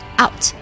out